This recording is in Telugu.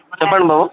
చెప్పండి బాబు